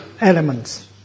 elements